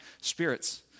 spirits